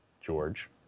George